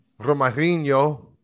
Romarinho